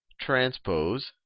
transpose